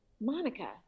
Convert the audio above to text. Monica